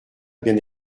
bien